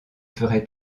ferai